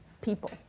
people